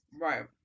right